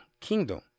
kingdom